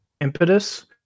impetus